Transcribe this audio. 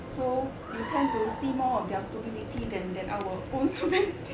so we tend to see more of their stupidity than than our own stupidity